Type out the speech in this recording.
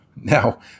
Now